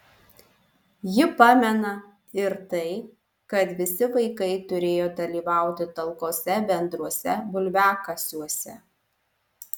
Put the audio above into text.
ji pamena ir tai kad visi vaikai turėjo dalyvauti talkose bendruose bulviakasiuose